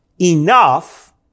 enough